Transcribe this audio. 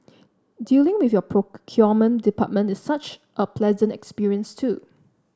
dealing with your procurement department is such a pleasant experience too